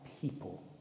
people